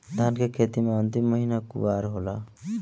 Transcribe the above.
धान के खेती मे अन्तिम महीना कुवार होला?